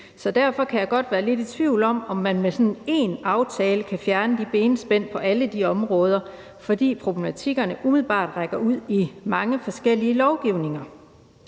Derfor kan jeg godt være lidt i tvivl om, om man med én aftale kan fjerne benspænd på alle de områder, fordi problematikkerne umiddelbart rækker ud i mange forskellige lovgivninger.